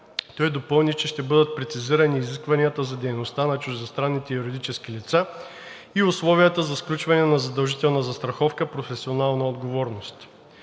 Той допълни, че ще бъдат прецизирани изискванията за дейността на чуждестранните юридически лица и условията за сключване на задължителна застраховка „Професионална отговорност“.